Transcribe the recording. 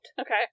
Okay